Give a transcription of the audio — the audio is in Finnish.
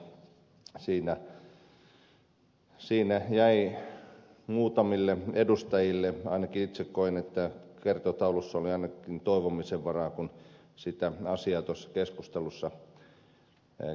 siinä muutamilla edustajilla ainakin itse koin oli kertotaulussa ainakin toivomisen varaa kun sitä asiaa tuossa keskustelussa käytiin läpi